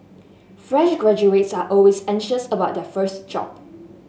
fresh graduates are always anxious about their first job